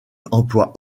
emploie